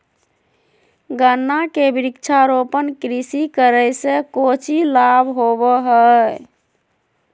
गन्ना के वृक्षारोपण कृषि करे से कौची लाभ होबो हइ?